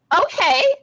okay